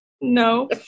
No